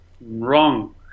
Wrong